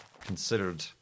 considered